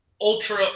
ultra